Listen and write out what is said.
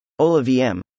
OLAVM